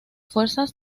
fuerzas